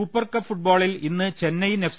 Super Cup ഫുട്ബോളിൽ ഇന്ന് Chennaiyin F